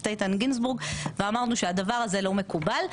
איתן גינזבורג ואמרנו שהדבר הזה לא מקובל.